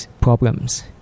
problems